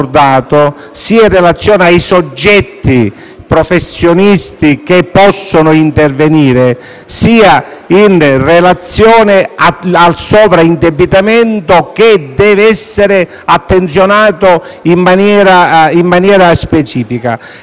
professionisti che possono intervenire, sia al sovraindebitamento, che dev'essere considerato in maniera specifica. Le audizioni svolte ci hanno dato un gran conforto.